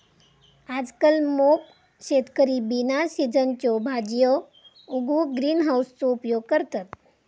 आजकल मोप शेतकरी बिना सिझनच्यो भाजीयो उगवूक ग्रीन हाउसचो उपयोग करतत